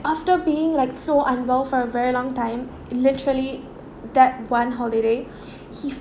after being like so unwell for a very long time literally that one holiday he